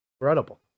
Incredible